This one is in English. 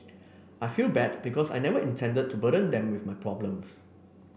I feel bad because I never intended to burden them with my problems